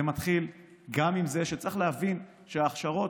זה מתחיל גם בזה שצריך להבין שההכשרות,